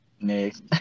Next